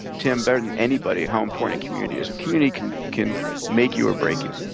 tim, better than anybody how important a community is. a community can can make you or break you.